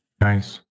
Nice